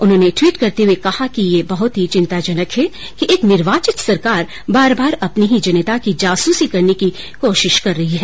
उन्होंने ट्विट करते हुए कहा कि यह बहुत ही चिंताजनक है कि एक निर्वाचित सरकार बार बार अपनी ही जनता की जासूसी करने की कोशिश कर रही है